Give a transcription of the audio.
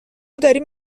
داریم